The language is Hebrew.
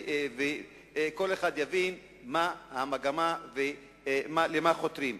וכל אחד יבין מה המגמה ולמה חותרים.